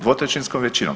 Dvotrećinskom većinom.